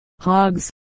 hogs